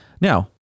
Now